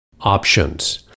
Options